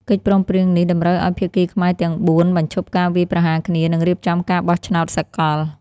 កិច្ចព្រមព្រៀងនេះតម្រូវឱ្យភាគីខ្មែរទាំងបួនបញ្ឈប់ការវាយប្រហារគ្នា និងរៀបចំការបោះឆ្នោតសកល។